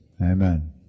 Amen